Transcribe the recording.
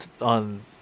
on